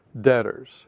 debtors